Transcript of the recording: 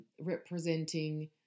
representing